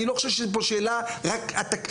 אני לא חושב שזו שאלה רק על תקציב,